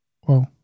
Whoa